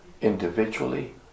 individually